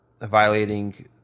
violating